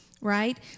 right